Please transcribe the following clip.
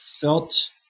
felt